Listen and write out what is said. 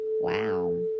Wow